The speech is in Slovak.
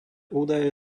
údaje